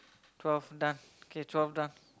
twelve done okay twelve done